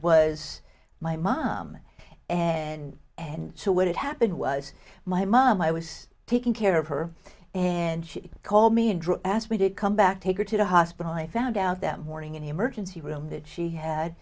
was my mom and and so what had happened was my mom i was taking care of her and she called me and asked me to come back take her to the hospital i found out them morning in emergency room that she had